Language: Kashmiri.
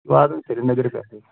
واتان سرینگرٕ پٮ۪ٹھٕے